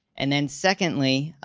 and then, secondly,